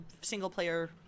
single-player